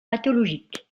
pathologique